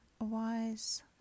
wise